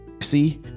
see